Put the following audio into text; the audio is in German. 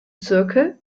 zirkel